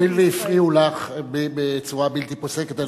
הואיל והפריעו לך בצורה בלתי פוסקת,